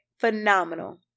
phenomenal